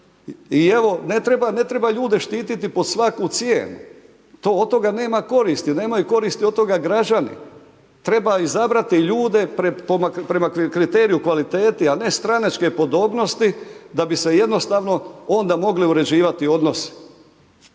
I ne treba ljude štiti pod svaku cijenu to od toga nema koristi, nemaju koristi od toga građani, treba izabrati ljude, prema kriteriju kvaliteti, a ne stranačke podobnosti, da bi se jednostavno onda mogli uređivati odnos